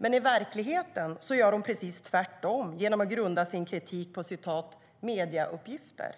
Men i verkligheten gör hon precis tvärtom genom att grunda sin kritik på "medieuppgifter".